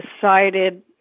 decided